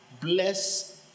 bless